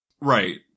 Right